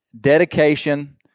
dedication